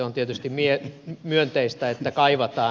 on tietysti myönteistä että kaivataan